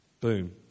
Boom